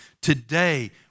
Today